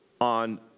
on